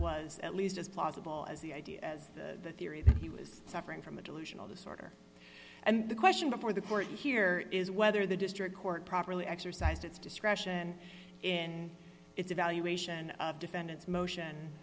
was at least as plausible as the idea as the theory that he was suffering from a delusional disorder and the question before the court here is whether the district court properly exercised its discretion in its evaluation of defendant's motion